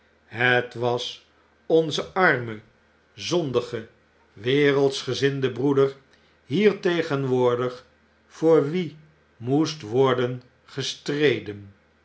het was onze arme zondige wereldschgezinde broeder hiertegenwoordig voor wien moest worden gestreden